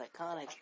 iconic